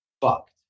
fucked